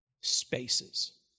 spaces